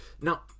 Now